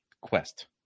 Quest